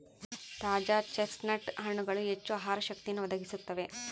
ತಾಜಾ ಚೆಸ್ಟ್ನಟ್ ಹಣ್ಣುಗಳು ಹೆಚ್ಚು ಆಹಾರ ಶಕ್ತಿಯನ್ನು ಒದಗಿಸುತ್ತವೆ